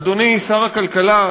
אדוני שר הכלכלה,